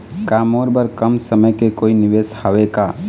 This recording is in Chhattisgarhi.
का मोर बर कम समय के कोई निवेश हावे का?